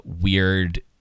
weird